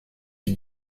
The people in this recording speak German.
die